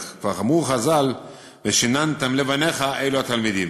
כבר אמרו חז"ל: "ושיננתם לבניך, אלו התלמידים".